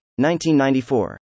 1994